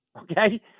okay